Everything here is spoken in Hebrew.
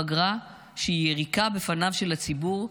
פגרה שהיא יריקה בפניו של הציבור,